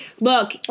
Look